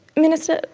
minister,